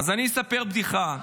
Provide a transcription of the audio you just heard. אז אני אספר בדיחה.